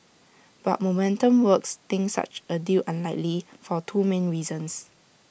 but momentum works thinks such A deal unlikely for two main reasons